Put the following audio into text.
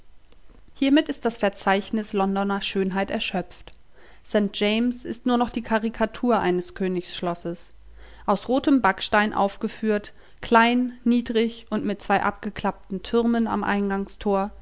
hiermit ist das verzeichnis londoner schönheit erschöpft st james ist nur noch die karikatur eines königsschlosses aus rotem backstein aufgeführt klein niedrig und mit zwei abgekappten türmen am eingangstor